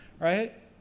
right